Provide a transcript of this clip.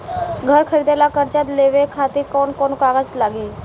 घर खरीदे ला कर्जा लेवे खातिर कौन कौन कागज लागी?